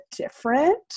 different